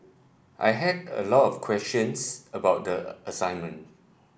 I had a lot of questions about the assignment